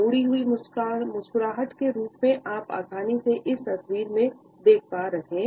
मुड़ी हुई मुस्कुराहट के रूप में आप आसानी से इस तस्वीर में देख पा रहे हैं